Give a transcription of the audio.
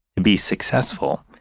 to be successful,